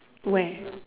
where